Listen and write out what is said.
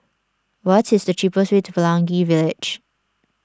what is the cheapest way to Pelangi Village